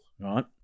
right